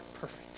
Perfect